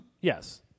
Yes